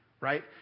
right